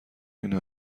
این